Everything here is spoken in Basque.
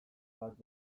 bat